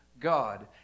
God